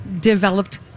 developed